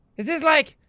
is this like.